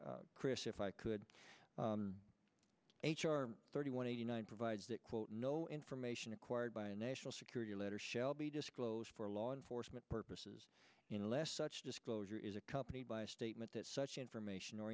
r chris if i could h r thirty one eighty nine provides that quote no information acquired by a national security letter shall be disclosed for law enforcement purposes you know less such disclosure is accompanied by a statement that such information or